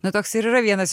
na toks ir yra vienas